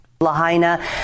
Lahaina